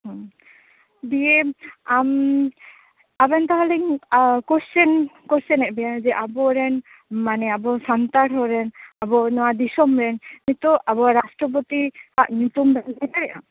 ᱵᱤᱭᱮᱢ ᱟᱢ ᱟᱵᱮᱱ ᱛᱟᱦᱚᱞᱮᱧ ᱠᱚᱥᱪᱮᱱ ᱠᱚᱥᱪᱮᱱᱮᱫ ᱵᱮᱱᱟ ᱡᱮ ᱟᱵᱚᱨᱮᱱ ᱢᱟᱱᱮ ᱟᱵᱚ ᱥᱟᱱᱛᱟᱲ ᱦᱚᱲ ᱨᱮᱱ ᱟᱵᱚ ᱱᱚᱣᱟ ᱫᱤᱥᱚᱢ ᱨᱮᱱ ᱱᱤᱛᱚᱜ ᱟᱵᱚ ᱨᱟᱥᱴᱨᱚᱯᱚᱛᱤᱭᱟᱜ ᱧᱩᱛᱩᱢ ᱵᱤᱱ ᱞᱟ ᱭ ᱫᱟᱲᱮᱭᱟᱜᱼᱟ